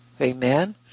Amen